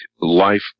life